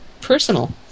personal